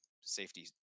safety